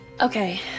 Okay